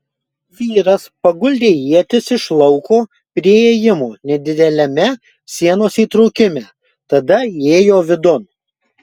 vyras paguldė ietis iš lauko prie įėjimo nedideliame sienos įtrūkime tada įėjo vidun